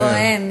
לא, אין.